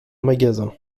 magasin